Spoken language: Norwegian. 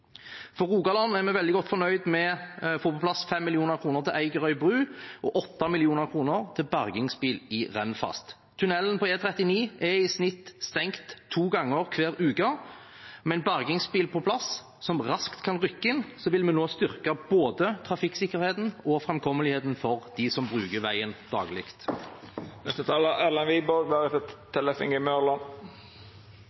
For Rogaland er vi veldig godt fornøyd med å få på plass 5 mill. kr til Eigerøy bru og 8 mill. kr til bergingsbil i Rennfast. Tunnelen på E39 er i snitt stengt to ganger hver uke. Med en bergingsbil på plass som raskt kan rykke inn, vil vi nå styrke både trafikksikkerheten og framkommeligheten for dem som bruker veien daglig.